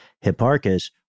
Hipparchus